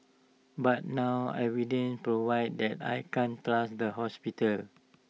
but now evidence provide that I can't trust the hospital